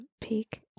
peak